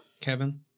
Kevin